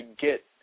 get